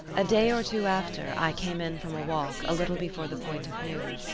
a day or two after i came in from a walk a little before the point of noon.